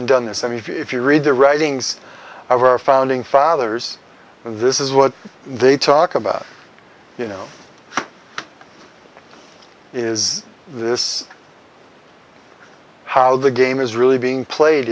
and done the same if you read the writings of our founding fathers this is what they talk about you know is this how the game is really being played